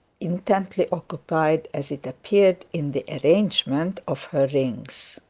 intently occupied as it appeared in the arrangement of her rings.